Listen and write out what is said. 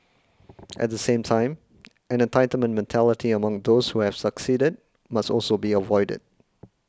at the same time an entitlement mentality among those who have succeeded must also be avoided